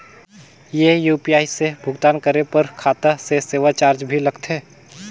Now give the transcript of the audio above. ये यू.पी.आई से भुगतान करे पर खाता से सेवा चार्ज भी लगथे?